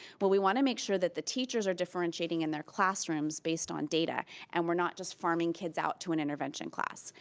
what we want to make sure that the teachers are differentiating in their classrooms based on data and we're not just farming kids out to an intervention class.